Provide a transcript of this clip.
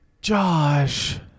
Josh